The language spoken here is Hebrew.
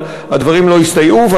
אבל הדברים לא הסתייעו,